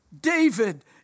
David